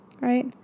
right